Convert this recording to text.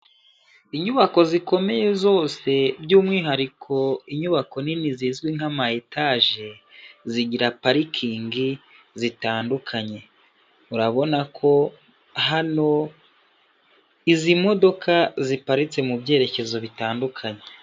Inyubako zikomeye zose by'umwihariko inyubako nini zizwi nk'ama etaje zigira parikingi zitandukanye urabona ko hano izi modoka ziparitse mu byerekezo bitandukanye.